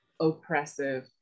oppressive